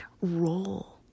role